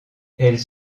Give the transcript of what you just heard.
elles